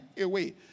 away